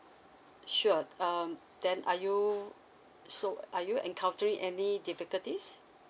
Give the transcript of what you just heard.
sure um then are you so are you encountering any difficulties